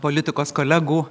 politikos kolegų